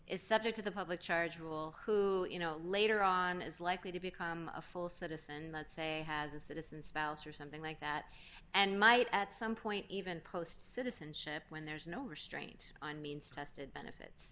is subject to the public charge will who you know later on is likely to become a full citizen that's a has a citizen spouse or something like that and might at some point even post citizenship when there is no restraint on means tested benefits